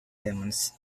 demons